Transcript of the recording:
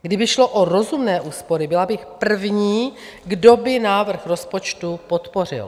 Kdyby šlo o rozumné úspory, byla bych první, kdo by návrh rozpočtu podpořil.